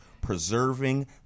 preserving